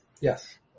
Yes